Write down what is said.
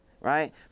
Right